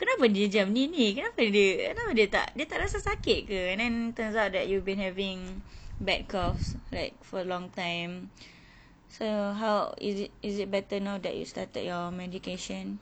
kenapa dia ni macam gini kenapa dia kenapa dia tak dia tak rasa sakit ke and then turns out that you've been having bad coughs like for a long time so how is it is it better now that you started your medication